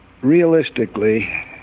realistically